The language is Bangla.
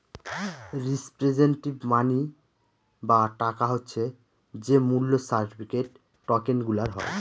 রিপ্রেসেন্টেটিভ মানি বা টাকা হচ্ছে যে মূল্য সার্টিফিকেট, টকেনগুলার হয়